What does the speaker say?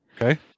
Okay